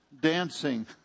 dancing